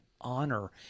honor